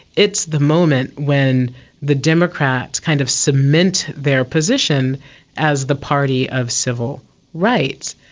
it's the moment when the democrats kind of cement their position as the party of civil rights.